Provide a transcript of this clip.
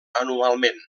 anualment